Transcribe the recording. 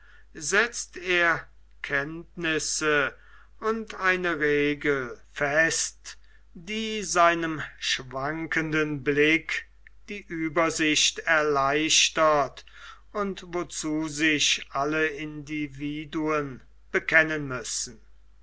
setzt er kennzeichen und eine regel fest die seinem schwankenden blick die uebersicht erleichtert und wozu sich alle individuen bekennen müssen